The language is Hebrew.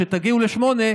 כשתגיעו ל-8,